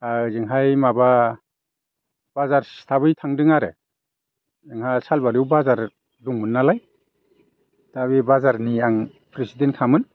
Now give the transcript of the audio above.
ओजोंहाय माबा बाजार स्थाफै थांदों आरो आंहा सालबारियाव बाजार दंमोन नालाय दा बे बाजारनि आं प्रेसिदेन्ट खामोन